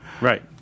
Right